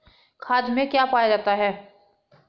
खाद में क्या पाया जाता है?